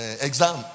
exam